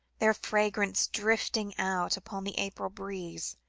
their fragrance drifting out upon the april breeze,